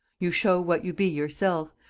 you show what you be yourself,